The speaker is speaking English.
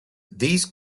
these